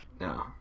no